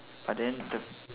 but then the